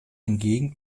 hingegen